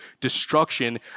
destruction